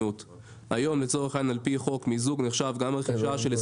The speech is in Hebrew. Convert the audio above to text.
בחוק התחרות הכלכלית צריך לקבל אישור מיזוג לפי חוק התחרות הכלכלית.